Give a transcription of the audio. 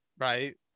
Right